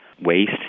waste